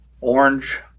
Orange